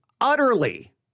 utterly